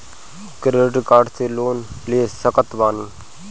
Credit card से loan ले सकत बानी?